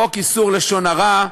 חוק איסור לשון הרע,